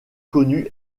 connu